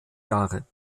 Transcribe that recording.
jahre